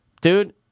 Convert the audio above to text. dude